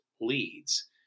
leads